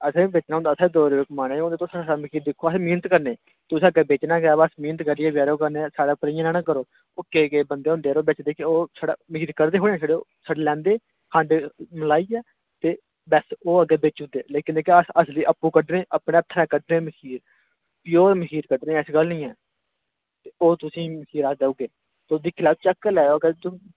असें बी बेचना होंदा असें बी द'ऊं रपेऽ कमाने होंदें तुस अच्छा मिगी दिक्खों अस मेह्नत करने तुसें अग्गें बेचना गै ऐ बा अस मेह्नत करियै जैदा ओह् करने साढ़े उप्पर इ'यां निं ना करो ओह् केईं केईं बंदे होंदे जरो बिच बिच ओह् छड़ा मखीर कढ़दे थोह्ड़े ओह् छड़ा लैंदे खंड मलाइयै ते बस ओह् अग्गें बेच्ची ओड़दे लेकिन जेह्का अस असली आपूं कड्ढने अपने हत्थें कड्ढने मखीर प्योर मखीर कड्ढने ऐसी गल्ल निं ऐ ओह् तुसें ई अस सवेरै देई ओड़गे तुस दिक्खी लैएओ चैक्क करी लैएओ अगर झूठ